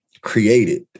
created